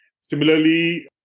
Similarly